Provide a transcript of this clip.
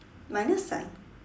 minus sign